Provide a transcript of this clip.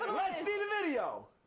let's see the video.